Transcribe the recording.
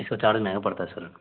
इसका चार्ज महंगा पड़ता है सर